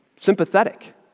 sympathetic